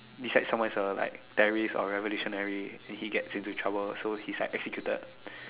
beside someone is a like terrorist or revolutionary then he gets into trouble so his like executed